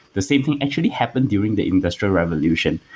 the same thing actually happened during the industrial revolution,